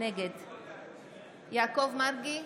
נגד יעקב מרגי,